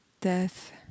death